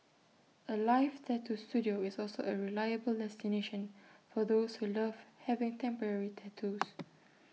alive tattoo Studio is also A reliable destination for those who love having temporary tattoos